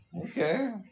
Okay